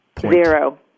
Zero